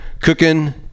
cooking